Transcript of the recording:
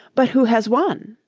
but who has won